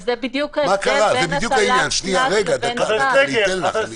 זה בדיוק ההבדל בין --- אני אתן לך.